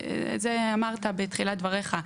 זה אמרת בתחילת דבריך,